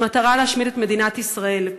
במטרה להשמיד את מדינת ישראל.